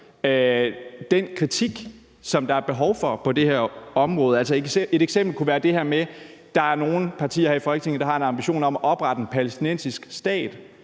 den kritik, som der er behov for på det her område. F.eks. er der nogle partier her i Folketinget, der har en ambition om at oprette en palæstinensisk stat,